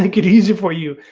like it easy for you.